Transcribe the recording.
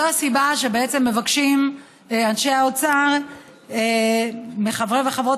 זו הסיבה שאנשי האוצר מבקשים מחברי וחברות